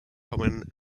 common